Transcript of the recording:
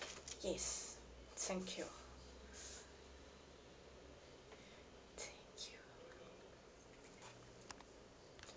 yes thank you thank you